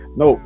no